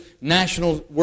national